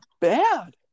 bad